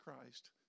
Christ